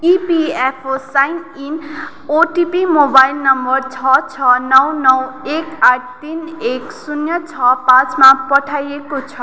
EPFO sign in OTP mobile number छ छ नौ नौ एक आठ तिन एक शून्य छ पाँचमा पठाइएको छ